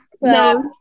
No